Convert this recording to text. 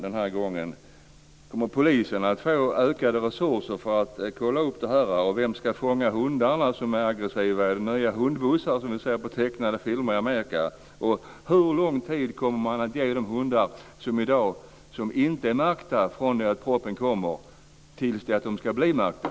Till sist: Kommer polisen att få ökade resurser för att kolla upp det här, och vem ska fånga de hundar som är aggressiva? Blir det nya hundbussar av det slag som man kan se på tecknade filmer i Amerika? Hur lång tid fr.o.m. att propositionen kommer till dess att märkning ska ske, kommer man att ge för de hundar som i dag inte är märkta?